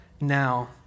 Now